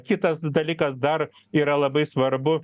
kitas dalykas dar yra labai svarbu